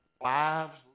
Lives